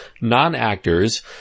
non-actors